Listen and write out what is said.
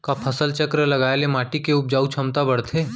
का फसल चक्र लगाय से माटी के उपजाऊ क्षमता बढ़थे?